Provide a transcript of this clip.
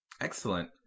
Excellent